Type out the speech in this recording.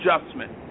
adjustment